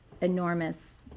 enormous